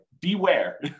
beware